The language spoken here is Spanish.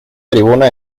tribuna